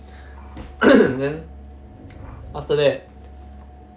then after that